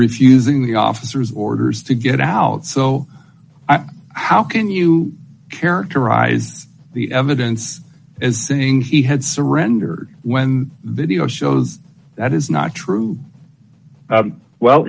refusing the officers orders to get out so how can you characterize the evidence as saying he had surrendered when video shows that is not true well